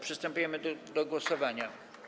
Przystępujemy do głosowania.